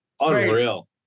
Unreal